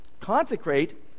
consecrate